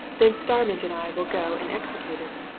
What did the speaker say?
then starmidge and i will go and execute it.